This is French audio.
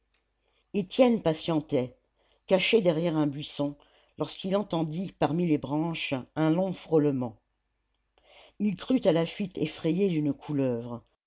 étienne patientait caché derrière un buisson lorsqu'il entendit parmi les branches un long frôlement il crut à la fuite effrayée d'une couleuvre